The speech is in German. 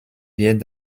wir